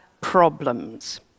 problems